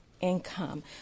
income